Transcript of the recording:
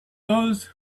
those